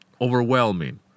overwhelming